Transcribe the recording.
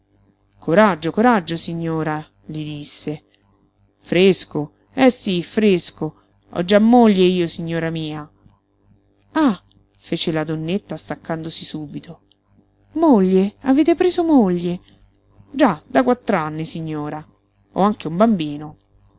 coraggio coraggio signora le disse fresco eh sí fresco ho già moglie io signora mia ah fece la donnetta staccandosi subito moglie avete preso moglie già da quattr'anni signora ho anche un bambino